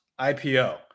IPO